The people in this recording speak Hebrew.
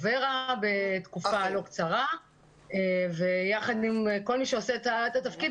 ור"ה תקופה לא קצרה ויחד עם כל מי שעושה את התפקיד